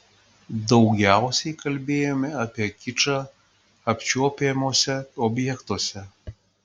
daugiausiai kalbėjome apie kičą apčiuopiamuose objektuose